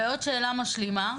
ועוד שאלה משלימה.